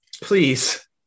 please